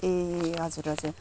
ए हजुर हजुर